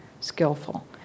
skillful